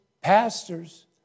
pastors